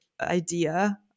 idea